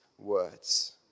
words